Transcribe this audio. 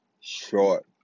short